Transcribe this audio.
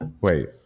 Wait